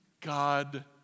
God